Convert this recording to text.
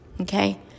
okay